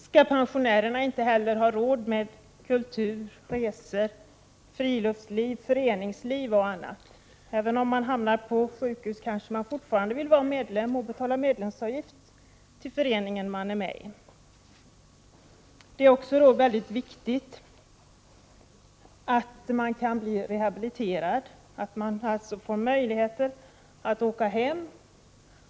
Skall pensionärerna inte heller ha råd med kultur, resor, friluftsliv, föreningsliv och annat? Även om man hamnar på sjukhus kanske man fortfarande vill vara medi en förening och betala medlemsavgift. Det är också mycket viktigt att man kan bli rehabiliterad och att man får möjligheter att åka hem.